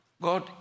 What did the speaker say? God